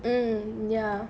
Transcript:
mmhmm ya